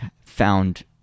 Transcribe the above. found